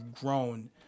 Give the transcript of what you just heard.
grown